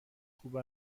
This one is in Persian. خوب